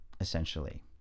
essentially